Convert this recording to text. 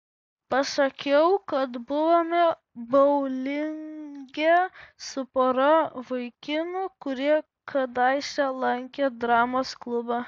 pasakiau kad buvome boulinge su pora vaikinų kurie kadaise lankė dramos klubą